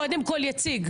קודם כל יציג.